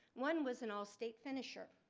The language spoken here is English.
one was an all state finisher,